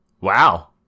Wow